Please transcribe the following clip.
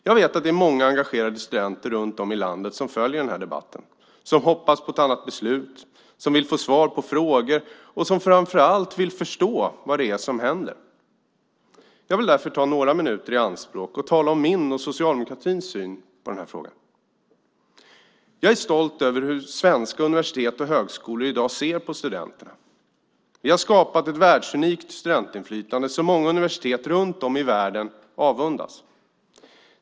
Jag vet att det är många engagerade studenter runt om i landet som följer den här debatten, som hoppas på ett annat beslut, som vill ha svar på frågor och som framför allt vill förstå vad det är som händer. Jag vill därför ta några minuter i anspråk och tala om min och socialdemokratins syn på den här frågan. Jag är stolt över hur svenska universitet och högskolor i dag ser på studenterna. Vi har skapat ett världsunikt studentinflytande som många universitet runt om i världen avundas.